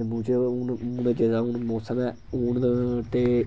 जम्मू च हून हून जेह्ड़ा हून मोसम ऐ हून ते